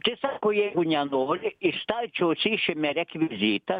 tai sako jeigu nenori iš stalčiaus išėmė rekvizitą